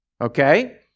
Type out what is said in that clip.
okay